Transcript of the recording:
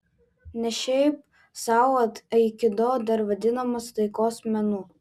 ne šiaip sau aikido dar vadinamas taikos menu